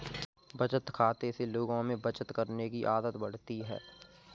बचत खाते से लोगों में बचत करने की आदत बढ़ती है